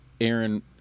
Aaron